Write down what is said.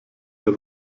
der